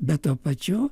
bet tuo pačiu